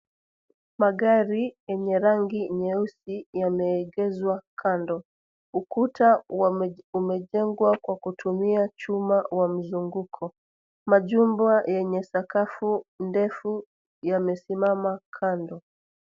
Magari yenye rangi nyeusi yameegeshwa kando. Ukuta umejengwa kwa kutumia chuma ya mzunguko. Majumba yenye sakafu ndefu yamesimama kando.